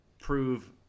prove